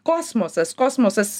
kosmosas kosmosas